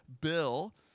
Bill